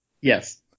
Yes